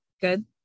good